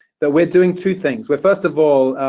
that we're doing two things. we're first of all